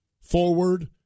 forward